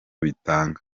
bitanga